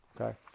Okay